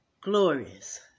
glorious